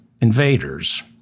invaders